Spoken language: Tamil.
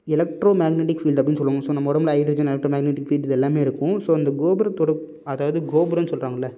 எலக்ட்ரோ மேக்னெட்டிக் ஃபீல்ட் அப்படின்னு சொல்லுவாங்க ஸோ நம்ம உடம்புல ஹைட்ரஜன் எலக்ட்ரோ மேக்னெட்டிக் ஃபீல்ட் இது எல்லாமே இருக்கும் ஸோ இந்த கோபுரத்தோட அதாவது கோபுரன்னு சொல்லுறாங்கள்ல